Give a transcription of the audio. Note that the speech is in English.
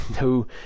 no